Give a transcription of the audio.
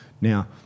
Now